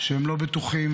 שהם לא בטוחים,